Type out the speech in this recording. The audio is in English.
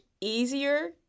easier